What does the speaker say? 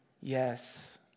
yes